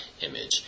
image